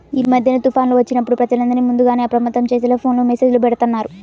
యీ మద్దెన తుఫాన్లు వచ్చినప్పుడు ప్రజలందర్నీ ముందుగానే అప్రమత్తం చేసేలా ఫోను మెస్సేజులు బెడతన్నారు